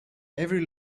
every